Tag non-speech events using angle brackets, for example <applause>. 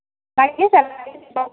<unintelligible>